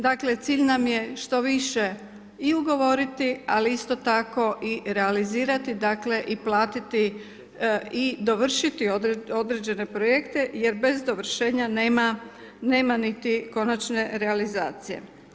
Dakle cilj nam je što više i ugovoriti ali isto tako i realizirati, dakle i platiti i dovršiti određene projekte jer bez dovršenja nema ni konačne realizacije.